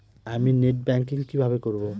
আমি net banking কিভাবে করব?